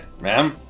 ma'am